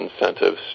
incentives